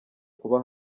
kuba